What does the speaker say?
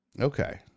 Okay